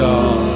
God